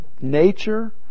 Nature